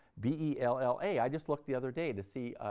b e l l a. i just looked the other day to see,